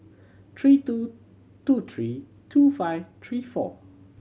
three two two three two five three four